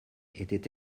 était